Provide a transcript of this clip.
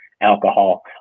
alcohol